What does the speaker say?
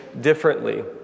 differently